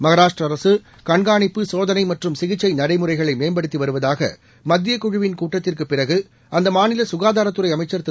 மகாராஷ்டிராஅரசுகண்காணிப்பு சோதனைமற்றும் சிகிச்சைநடை முறைகளைமேம்படுத்திவருவதாகமத்தியக்குழுவின் கூட்டத்திற்குபிறகுஅந்தமாநிலசுகாதாரத்துறைஅமைச்சா் திரு